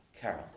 Carol